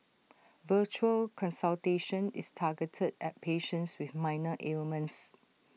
virtual consultation is targeted at patients with minor ailments